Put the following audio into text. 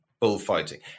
bullfighting